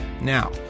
Now